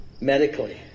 medically